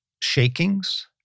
shakings